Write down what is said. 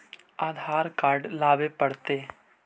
आधार card लाबे पड़तै?